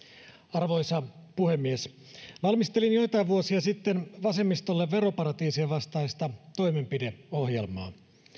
arvoisa puhemies valmistelin joitain vuosia sitten vasemmistolle veroparatiisien vastaista toimenpideohjelmaa